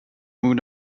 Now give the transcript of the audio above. moon